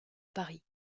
paris